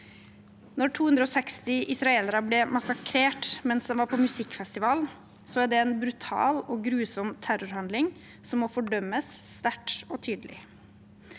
Når 260 israelere ble massakrert mens de var på musikkfestival, er det en brutal og grusom terrorhandling som må fordømmes sterkt og tydelig